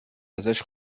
ازش